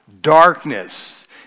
Darkness